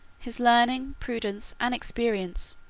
his learning, prudence, and experience,